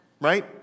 right